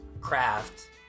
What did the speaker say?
craft